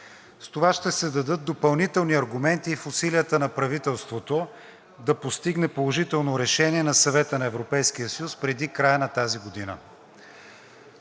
С това ще се дадат допълнителни аргументи в усилията на правителството да постигне положително решение на Съвета на Европейския съюз преди края на тази година.